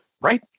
Right